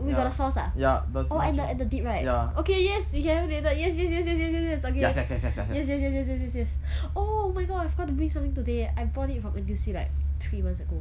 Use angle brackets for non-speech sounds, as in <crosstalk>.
oh we got the sauce ah oh and the and the dip right okay yes we can have it later yes yes yes yes yes yes yes okay yes yes yes yes yes yes yes <breath> oh my god I forgot to bring something today I bought it from N_T_U_C like three months ago